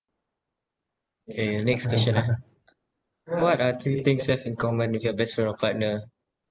K next question ah what are three things you have in common with your best friend or partner